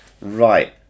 Right